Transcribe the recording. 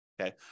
okay